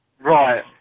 Right